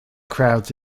crowds